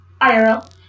IRL